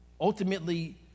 ultimately